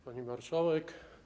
Pani Marszałek!